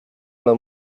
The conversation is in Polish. ale